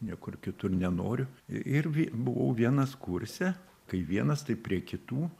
niekur kitur nenoriu ir buvau vienas kurse kai vienas tai prie kitų